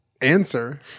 answer